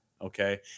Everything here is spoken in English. okay